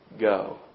go